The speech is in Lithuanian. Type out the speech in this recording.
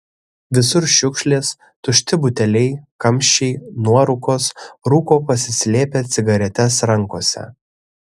visur šiukšlės tušti buteliai kamščiai nuorūkos rūko pasislėpę cigaretes rankose